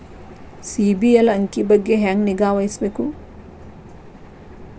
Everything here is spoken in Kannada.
ಸಿಬಿಲ್ ಅಂಕಿ ಬಗ್ಗೆ ಹೆಂಗ್ ನಿಗಾವಹಿಸಬೇಕು?